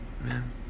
Man